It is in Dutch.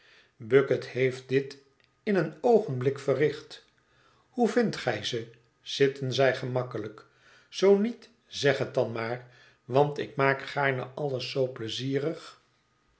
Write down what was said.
bucket heeft dit in een oogenblik verricht hoe vindt gij ze zitten zij gemakkelijk zoo niet zeg het dan maar want ik maak gaarne alles zoo pleizierig